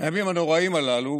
הימים הנוראים הללו